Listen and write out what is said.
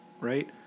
right